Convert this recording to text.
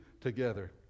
together